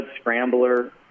scrambler